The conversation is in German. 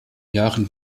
jahren